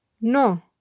No